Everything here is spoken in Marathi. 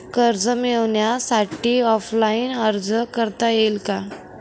कर्ज मिळण्यासाठी ऑफलाईन अर्ज करता येईल का?